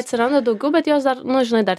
atsiranda daugiau bet jos dar nu žinai dar